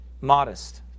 Modest